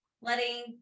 letting